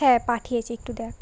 হ্যাঁ পাঠিয়েছি একটু দেখ